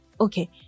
Okay